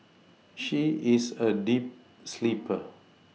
she is a deep sleeper